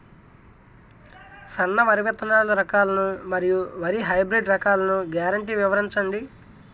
సన్న వరి విత్తనాలు రకాలను మరియు వరి హైబ్రిడ్ రకాలను గ్యారంటీ వివరించండి?